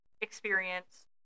experience